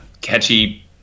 catchy